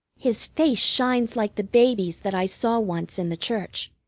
his face shines like the baby's that i saw once in the church.